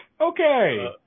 Okay